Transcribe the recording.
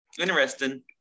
interesting